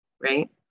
right